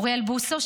אוריאל בוסו,